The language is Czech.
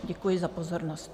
Děkuji za pozornost.